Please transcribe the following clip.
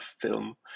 Film